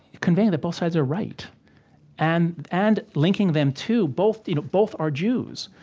conveying that both sides are right and and linking them to both you know both are jews.